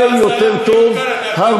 הלו, השתלטות עוינת על התקשורת זה ממש דמוקרטי.